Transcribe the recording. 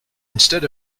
instead